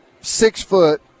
six-foot